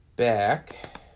Back